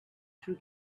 three